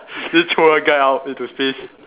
just throw one guy out into space